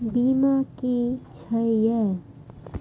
बीमा की छी ये?